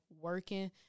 working